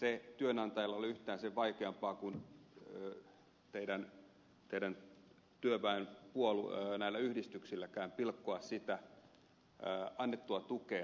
ei se työnantajalle ole yhtään sen vaikeampaa kuin teidän näille työväen yhdistyksillekään pilkkoa sitä annettua tukea